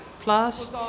plus